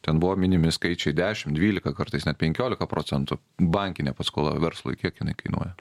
ten buvo minimi skaičiai dešimt dvylika kartais net penkiolika procentų bankinė paskola verslui kiek jinai kainuoja